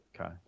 Okay